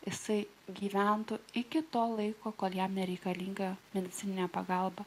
jisai gyventų iki to laiko kol jam nereikalinga medicininė pagalba